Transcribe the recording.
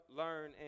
learn